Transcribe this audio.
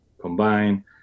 combine